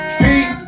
Street